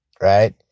right